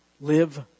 Live